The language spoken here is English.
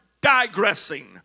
digressing